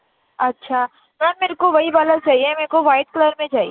اچھا میم میرے کو وہی والا چاہیے میرے کو وائٹ کلر میں چاہیے